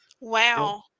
Wow